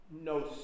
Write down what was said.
no